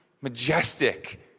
majestic